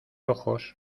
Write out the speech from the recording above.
ojos